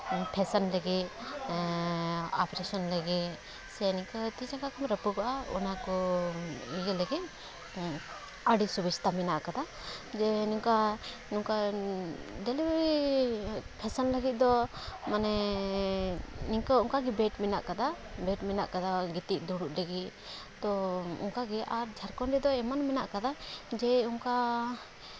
fashion ᱞᱟᱹᱜᱤᱫ operation ᱞᱟᱹᱜᱤᱫ ᱥᱮ ᱱᱤᱝᱠᱟᱹ ᱛᱤ ᱡᱟᱸᱜᱟ ᱠᱚᱦᱚᱸ ᱨᱟᱹᱯᱩᱜᱚᱜᱼᱟ ᱚᱱᱟ ᱠᱚᱢ ᱤᱭᱟᱹ ᱞᱮᱜᱮ ᱟᱹᱰᱤ ᱥᱩᱵᱤᱥᱛᱟ ᱢᱮᱱᱟᱜ ᱠᱟᱫᱟ ᱡᱮ ᱱᱚᱝᱠᱟ ᱱᱚᱝᱠᱟᱱ ᱰᱮᱞᱤᱵᱷᱟᱨᱤ ᱯᱷᱮᱥᱮᱱ ᱞᱟᱹᱜᱤᱫ ᱫᱚ ᱢᱟᱱᱮ ᱱᱤᱝᱠᱟᱹ ᱚᱱᱠᱟ ᱜᱮ ᱵᱮᱰ ᱢᱮᱱᱟᱜ ᱠᱟᱫᱟ ᱵᱮᱰ ᱢᱮᱱᱟᱜ ᱠᱟᱫᱟ ᱜᱤᱛᱤᱡ ᱫᱩᱲᱩᱵ ᱞᱟᱹᱜᱤᱫ ᱛᱚ ᱚᱱᱠᱟ ᱜᱮ ᱟᱨ ᱡᱷᱟᱲᱠᱷᱚᱸᱰ ᱨᱮᱫᱚ ᱮᱢᱚᱱ ᱢᱮᱱᱟᱜ ᱠᱟᱫᱟ ᱡᱮ ᱚᱱᱠᱟ